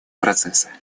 процесса